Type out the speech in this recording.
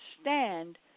stand